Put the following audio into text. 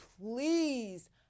please